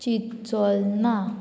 चिंचोलना